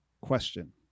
question